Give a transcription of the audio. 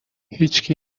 هیچکی